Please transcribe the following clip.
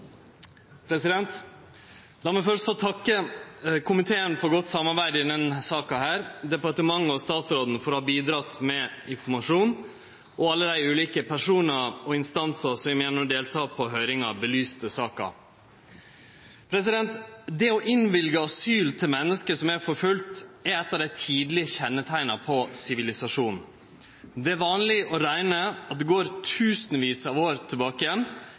vedtatt. La meg først få takke komiteen for godt samarbeid i denne saka, departementet og statsråden for å ha bidratt med informasjon, og alle dei ulike personane og instansane som gjennom å ha delteke på høyringa belyste saka. Det å innvilge asyl til menneske som er forfølgde, er eit av dei tidlege kjenneteikna på sivilisasjon. Det er vanleg å rekne at det går tusenvis av år tilbake